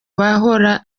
bahora